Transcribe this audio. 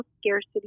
scarcity